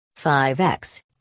5x